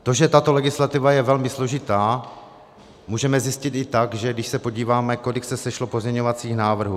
To, že tato legislativa je velmi složitá, můžeme zjistit i tak, když se podíváme, kolik se sešlo pozměňovacích návrhů.